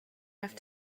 have